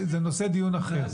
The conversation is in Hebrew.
זה נושא דיון אחר.